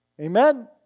Amen